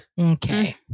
okay